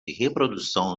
reprodução